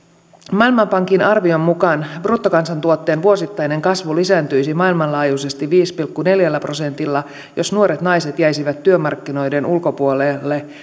maailmanpankin arvion mukaan bruttokansantuotteen vuosittainen kasvu lisääntyisi maailmanlaajuisesti viidellä pilkku neljällä prosentilla jos nuoret naiset jäisivät työmarkkinoiden ulkopuolelle